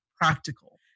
practical